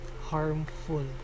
harmful